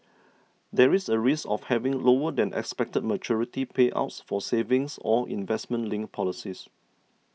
there is a risk of having lower than expected maturity payouts for savings or investment linked policies